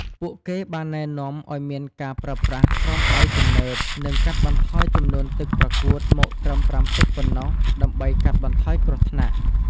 ពួកគេបានណែនាំឱ្យមានការប្រើប្រាស់ស្រោមដៃទំនើប និងកាត់បន្ថយចំនួនទឹកប្រកួតមកត្រឹម ៥ ទឹកប៉ុណ្ណោះ ដើម្បីកាត់បន្ថយគ្រោះថ្នាក់។